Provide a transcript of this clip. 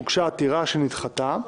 הוגשה עתירה שנדחתה.